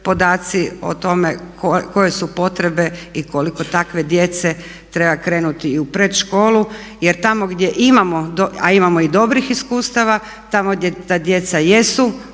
o tome koje su potrebe i koliko takve djece treba krenuti i u predškolu jer tamo gdje imamo, a imamo i dobrih iskustva, tamo gdje ta djeca jesu